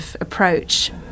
approach